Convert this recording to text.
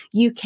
UK